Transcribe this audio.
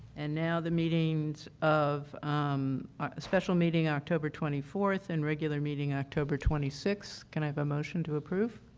and now the meetings a um ah special meeting october twenty four and regular meeting october twenty six. can i have a motion to approve?